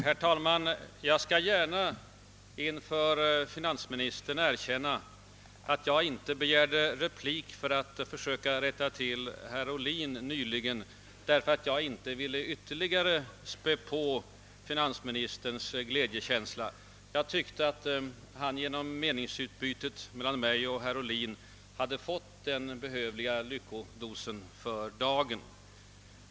Herr talman! Jag skall gärna inför finansministern erkänna att jag nyss avstod från att begära replik för att försöka rätta herr Ohlin, därför att jag inte ville ytterligare späda på finansministerns glädjekänslor. Jag tyckte att finansministern genom det tidigare meningsutbytet mellan mig och herr Ohlin hade fått den behövliga lyckodosen för dagen.